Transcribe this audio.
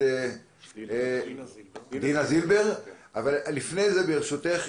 עכשיו, חברים, אני פותח את הדיון.